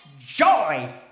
joy